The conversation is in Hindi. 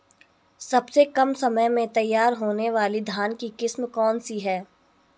सबसे कम समय में तैयार होने वाली धान की किस्म कौन सी है?